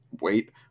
Wait